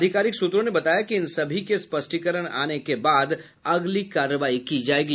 अधिकारिक सूत्रों ने बताया कि इन सभी के स्पष्टीकरण आने के बाद अगली कार्रवाई की जायेगी